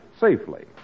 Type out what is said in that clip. safely